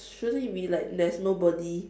shouldn't it be like there is nobody